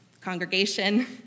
congregation